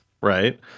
right